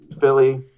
Philly